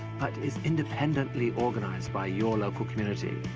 but is independently organized by your local community.